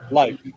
life